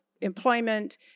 employment